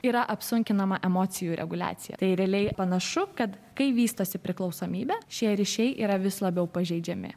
yra apsunkinama emocijų reguliacija tai realiai panašu kad kai vystosi priklausomybė šie ryšiai yra vis labiau pažeidžiami